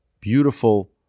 beautiful